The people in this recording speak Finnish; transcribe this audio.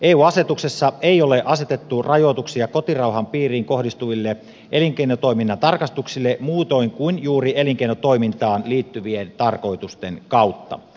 eu asetuksessa ei ole asetettu rajoituksia kotirauhan piiriin kohdistuville elinkeinotoiminnan tarkastuksille muutoin kuin juuri elinkeinotoimintaan liittyvien tarkoitusten kautta